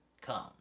Come